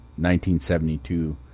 1972